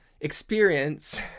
Experience